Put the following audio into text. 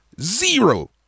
zero